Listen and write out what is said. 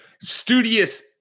studious –